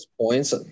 points